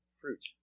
fruit